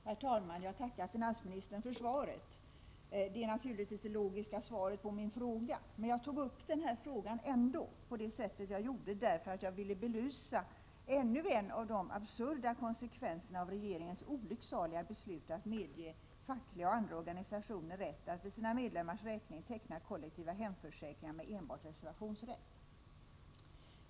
Herr talman! Jag tackar finansministern för svaret — det är naturligtvis det logiska svaret på min fråga. Att jag ändå tog upp den här frågan på det sätt jag gjorde, beror på att jag ville belysa ännu en av de absurda konsekvenserna av regeringens olycksaliga beslut att medge fackliga och andra organisationer rätt att för sina medlemmars räkning teckna kollektiv hemförsäkring med enbart reservationsrätt.